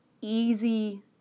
easy